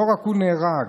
לא רק הוא נהרג,